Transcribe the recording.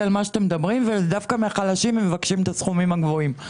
דווקא מהחלשים מבקשים את הסכומים הגבוהים.